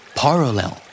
parallel